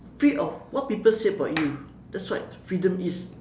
free of what people say about you that's what freedom is